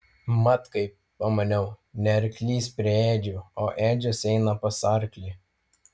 mat kaip pamaniau ne arklys prie ėdžių o ėdžios eina pas arklį